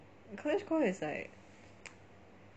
cottagecore is like